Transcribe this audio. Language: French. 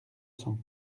sens